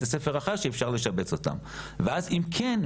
ספר אחר שבו אפשר לשבץ אותם ואז אם כן,